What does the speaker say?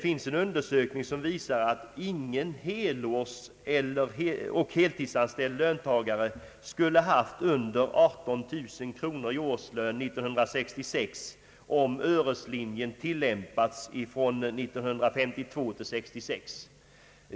En undersökning visar att ingen helårsoch heltidsanställd löntagare skulle ha haft under 18000 kronor i årslön 1966, om öreslinjen hade tillämpats från 1952 till 1966.